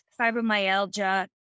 fibromyalgia